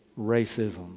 Racism